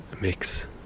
Mix